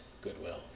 Goodwill